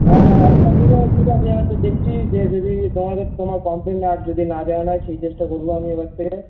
হ্যা আচ্ছা দাদা ঠিক চাহে এবার তো দেখছি যে যদি তোমাদের তোমার কমপ্লেন না যদি না দেওয়া হয় সেই চেষ্টা করবো আমি এবার থেকে